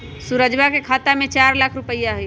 सुरजवा के खाता में चार लाख रुपइया हई